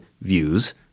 views